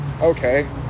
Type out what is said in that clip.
okay